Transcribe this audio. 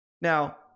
Now